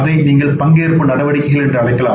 அதை நீங்கள் பங்கேற்பு நடவடிக்கைகள் என்று அழைக்கலாம்